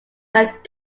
that